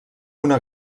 una